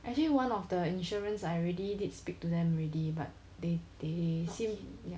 actually one of the insurance I already did speak to them already but they they